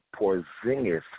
Porzingis